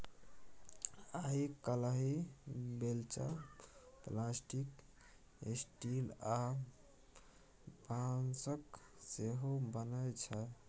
आइ काल्हि बेलचा plastic, steel आ बाँसक सेहो बनै छै